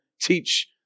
teach